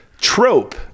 trope